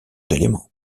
d’éléments